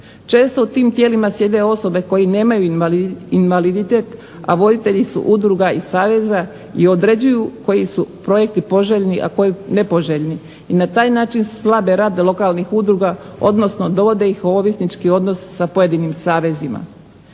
Često u tim tijelima sjede osobe koje nemaju invaliditet, a voditelji su udruga i saveza i određuju koji su projekti poželjni, a koji nepoželjni i na taj način …/Ne razumije se./… rad lokalnih udruga odnosno dovode ih u ovisnički odnos sa pojedinim savezima.